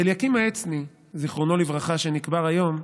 אליקים העצני, זיכרונו לברכה, שנקבר היום,